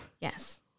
Yes